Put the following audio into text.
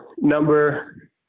Number